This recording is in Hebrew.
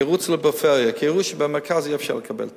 ירוצו לפריפריה, כי יראו שבמרכז אי-אפשר לקבל תקן.